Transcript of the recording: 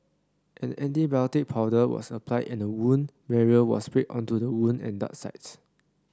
an antibiotic powder was applied and a wound barrier was sprayed onto the wound and dart sites